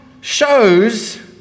shows